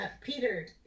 Peter